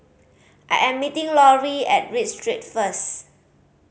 I am meeting Laurie at Read Street first